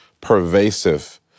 pervasive